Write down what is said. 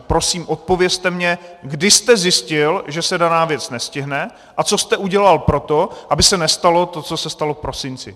Prosím, odpovězte mně, kdy jste zjistil, že se daná věc nestihne, a co jste udělal pro to, aby se nestalo to, co se stalo v prosinci.